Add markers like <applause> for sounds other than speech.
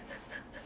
<laughs>